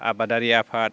आबादारि आफाद